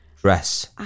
dress